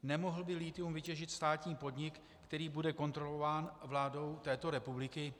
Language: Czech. Nemohl by lithium vytěžit státní podnik, který bude kontrolován vládou této republiky?